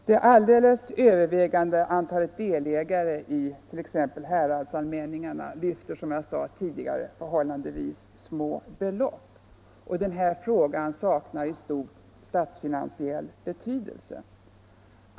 Det alldeles övervägande antalet delägare i t.ex. häradsallmänningarna svarar, som jag sade tidigare, för förhållandevis små belopp, och frågan saknar i stort sett statsfinansiell betydelse.